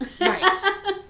right